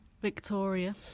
Victoria